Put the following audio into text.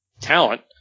talent